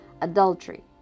Adultery